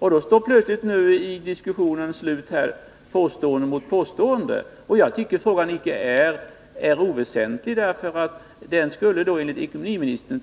Då står plötsligt här vid diskussionens slut påstående mot påstående. Jag tror att frågan icke är oväsentlig. Det skulle enligt ekonomiministern